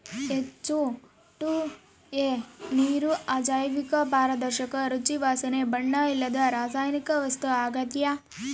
H two O ನೀರು ಅಜೈವಿಕ ಪಾರದರ್ಶಕ ರುಚಿ ವಾಸನೆ ಬಣ್ಣ ಇಲ್ಲದ ರಾಸಾಯನಿಕ ವಸ್ತು ಆಗ್ಯದ